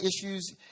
issues